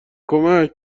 کمک